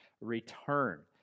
return